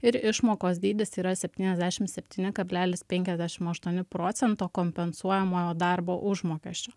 ir išmokos dydis yra septyniasdešimt septyni kablelis penkiasdešimt aštuoni procento kompensuojamojo darbo užmokesčio